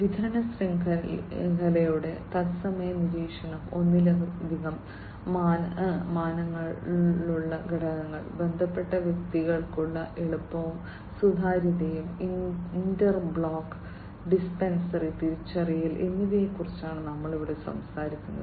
വിതരണ ശൃംഖലയുടെ തത്സമയ നിരീക്ഷണം ഒന്നിലധികം മാനങ്ങളിലുള്ള ഘടകങ്ങൾ ബന്ധപ്പെട്ട വ്യക്തികൾക്കുള്ള എളുപ്പവും സുതാര്യതയും ഇന്റർ ബ്ലോക്ക് ഡിപൻഡൻസി തിരിച്ചറിയൽ എന്നിവയെക്കുറിച്ചാണ് നമ്മൾ ഇവിടെ സംസാരിക്കുന്നത്